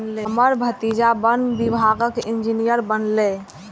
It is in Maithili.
हमर भतीजा वन विभागक इंजीनियर बनलैए